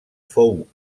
fou